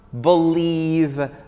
believe